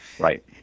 Right